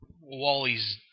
Wally's